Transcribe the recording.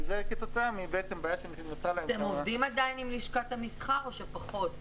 וזה כתוצאה --- אתם עובדים עדיין עם לשכת המסחר או פחות?